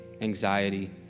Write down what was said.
anxiety